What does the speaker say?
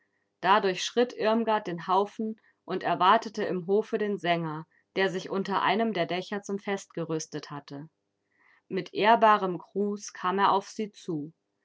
da durchschritt irmgard den haufen und erwartete im hofe den sänger der sich unter einem der dächer zum fest gerüstet hatte mit ehrbarem gruß kam er auf sie zu